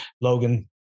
logan